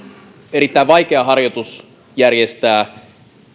erittäin vaikea harjoitus järjestää